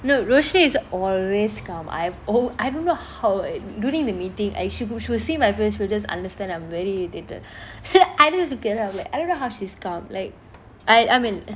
no rushni is always calm I've o~ I don't know how uh during the meeting I she w~ she will see my face she will just understand that I'm very irritated and I just look at her and I'm like I don't know how she's calm like I I mean